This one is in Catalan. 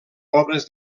obres